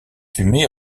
fumée